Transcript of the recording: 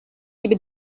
gibi